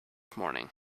morning